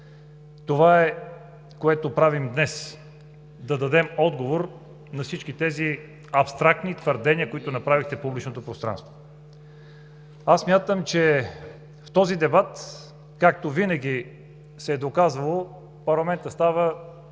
Това е, което правим днес – да дадем отговор на всички тези абстрактни твърдения, които направихте в публичното пространство. В този дебат, както винаги се е доказвало, парламентът става